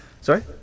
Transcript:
Sorry